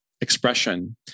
expression